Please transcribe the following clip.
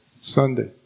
Sunday